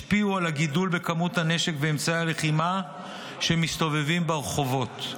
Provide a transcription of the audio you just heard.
השפיעו על הגידול בכמות הנשק ואמצעי הלחימה שמסתובבים ברחובות.